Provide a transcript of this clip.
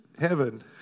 heaven